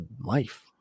life